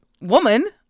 woman